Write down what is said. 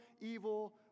evil